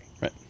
right